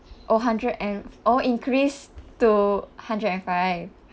oh hundred and oh increase to hundred and five